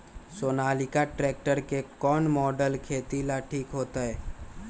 Sonalika tractor के कौन model खेती ला ठीक होतै?